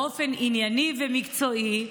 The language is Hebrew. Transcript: באופן ענייני ומקצועי.